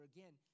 Again